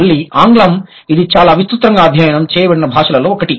మళ్ళీ ఆంగ్లం ఇది చాలా విస్తృతంగా అధ్యయనం చేయబడిన భాషలలో ఒకటి